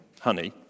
honey